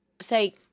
say